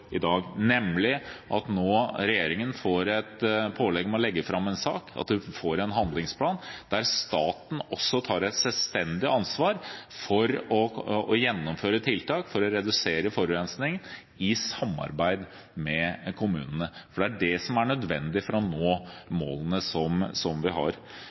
i dag, nemlig at regjeringen får et pålegg om å legge fram en sak, at vi får en handlingsplan der staten tar et selvstendig ansvar for å gjennomføre tiltak for å redusere forurensningen, i samarbeid med kommunene. Det er dette som er nødvendig for å nå målene vi har.